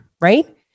right